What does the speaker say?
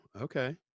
okay